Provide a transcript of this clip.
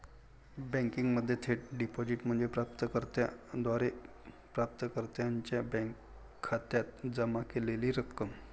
बँकिंगमध्ये थेट डिपॉझिट म्हणजे प्राप्त कर्त्याद्वारे प्राप्तकर्त्याच्या बँक खात्यात जमा केलेली रक्कम